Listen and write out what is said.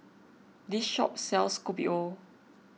this shop sells Kopi O